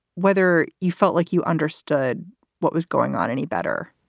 whether you felt like you understood what was going on any better